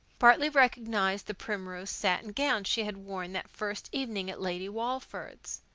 bartley recognized the primrose satin gown she had worn that first evening at lady walford's.